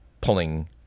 pulling